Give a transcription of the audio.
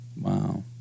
Wow